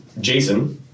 Jason